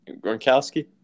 Gronkowski